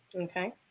Okay